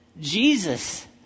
Jesus